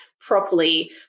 properly